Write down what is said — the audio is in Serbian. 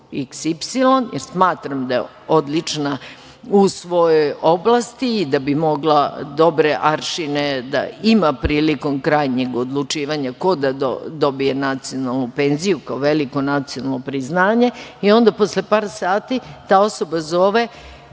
XY, jer smatramo da je odlična u svojoj oblasti i da bi mogla dobre aršine da ima prilikom krajnjeg odlučivanja ko da dobije nacionalnu penziju kao veliko nacionalno priznanje, i onda posle par sati ta osoba zove,